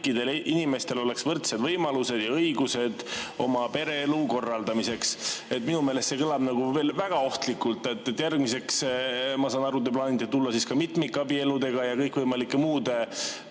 kõikidel inimestel oleksid võrdsed võimalused ja õigused oma pereelu korraldamiseks. Minu meelest see kõlab väga ohtlikult. Järgmiseks, ma saan aru, te plaanite siia tulla ka mitmikabieludega ja kõikvõimalike muude